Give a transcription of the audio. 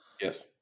Yes